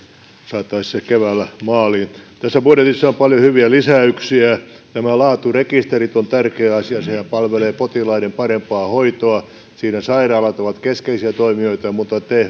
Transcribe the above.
jotta saataisiin se keväällä maaliin tässä budjetissa on paljon hyviä lisäyksiä nämä laaturekisterit ovat tärkeä asia nehän palvelevat potilaiden parempaa hoitoa siinä sairaalat ovat keskeisiä toimijoita mutta